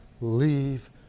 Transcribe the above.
leave